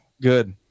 Good